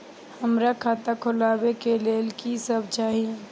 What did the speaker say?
हमरा खाता खोलावे के लेल की सब चाही?